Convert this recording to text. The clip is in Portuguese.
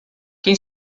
quem